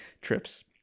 trips